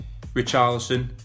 Richarlison